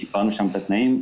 שיפרנו שם את התנאים,